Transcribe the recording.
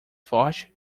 forte